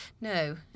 no